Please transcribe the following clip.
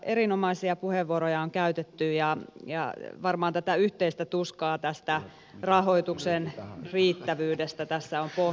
erinomaisia puheenvuoroja on käytetty ja varmaan tätä yhteistä tuskaa tästä rahoituksen riittävyydestä tässä on pohdittu